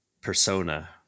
persona